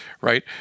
right